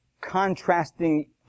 contrasting